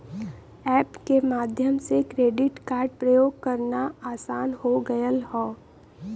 app के माध्यम से क्रेडिट कार्ड प्रयोग करना आसान हो गयल हौ